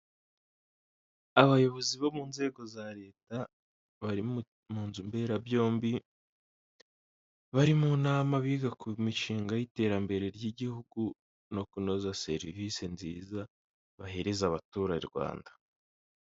Abayobozi bo mu nzego za leta bari mu nzu mberabyombi, bari mu nama biga ku mishinga y'iterambere ry'igihugu no kunoza serivise nziza bahereza abaturarwanda.